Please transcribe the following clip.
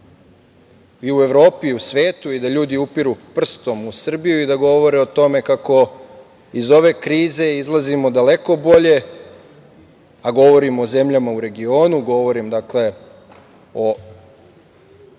i u Evropi i u svetu i da ljudi prstom u Srbiju i da govore o tome kako iz ove krize izlazimo daleko bolje, a govorimo o zemljama u regionu, govorim o